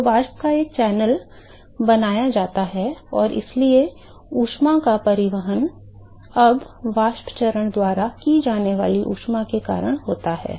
तो वाष्प का एक चैनल बनाया जाता है और इसलिए ऊष्मा का परिवहन अब वाष्प चरण द्वारा की जाने वाली ऊष्मा के कारण होता है